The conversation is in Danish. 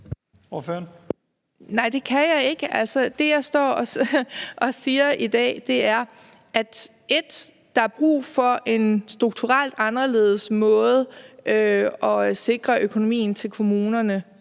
det kan jeg ikke. Altså, det, jeg står og siger i dag, er som det ene, at der er brug for en strukturelt anderledes måde at sikre økonomien til kommunerne